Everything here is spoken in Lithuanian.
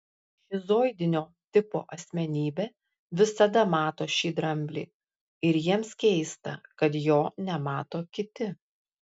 šizoidinio tipo asmenybė visada mato šį dramblį ir jiems keista kad jo nemato kiti